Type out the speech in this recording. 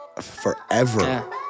forever